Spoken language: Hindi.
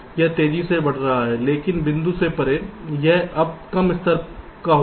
तो यह तेजी से बढ़ रहा है लेकिन बिंदु से परे यह अब कम स्तर का होगा